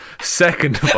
Second